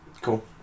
Cool